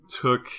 took